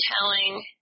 telling